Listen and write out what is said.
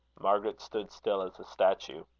margaret stood still as a statue.